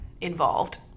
involved